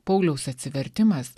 pauliaus atsivertimas